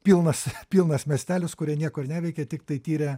pilnas pilnas miestelis kurie nieko ir neveikia tiktai tiria